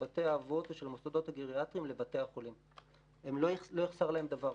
בתי האבות ושל מוסדות הגריאטריים לבתי החולים; לא יחסר להם דבר.